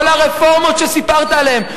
כל הרפורמות שסיפרת עליהן,